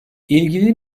i̇lgili